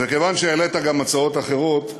וכיוון שהעלית גם הצעות אחרות,